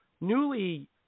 newly